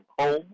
home